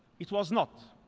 it was not.